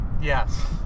Yes